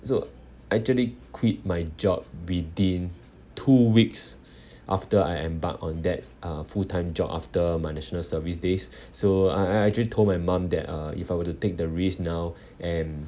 so actually quit my job within two weeks after I embark on that uh full time job after my national service days so I I I actually told my mum that uh if I were to take the risk now and